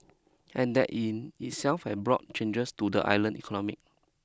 and that in itself has brought changes to the island economy